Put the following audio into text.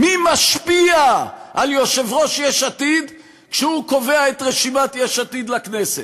מי משפיע על יושב-ראש יש עתיד כשהוא קובע את רשימת יש עתיד לכנסת,